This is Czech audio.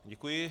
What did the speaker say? Děkuji.